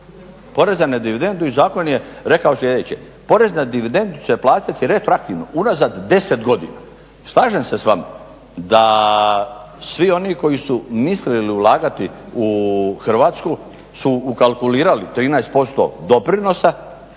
poreza na dividendu i zakon je rekao sljedeće. Porez na dividendu će platiti retroaktivno, unazad 10 godina. Slažem se s vama da svi oni koji su mislili ulagati u Hrvatsku su ukalkulirali 13% doprinosa